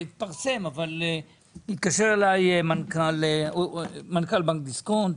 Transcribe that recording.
התקשר אלי מנכ"ל בנק דיסקונט